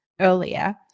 earlier